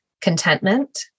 contentment